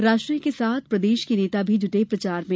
राष्ट्रीय के साथ प्रदेश के नेता भी जुटे प्रचार में